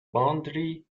boundary